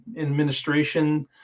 administration